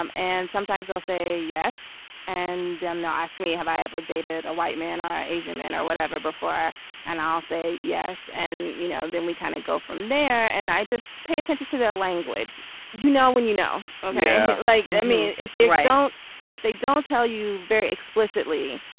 um and sometimes i'll say yes and then they'll ask me have i ever dated a white man or asian man or whatever before and i'll say yes. and you know then we kind of go from there and i just pay attention to their language you know when you know like me if they don't if they don't tell you very explicitly.